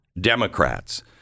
Democrats